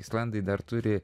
islandai dar turi